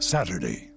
Saturday